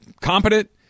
competent